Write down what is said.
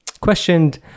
questioned